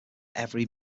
every